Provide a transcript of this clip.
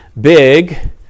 big